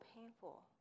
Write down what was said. painful